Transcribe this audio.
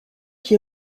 qui